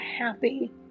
happy